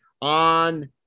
on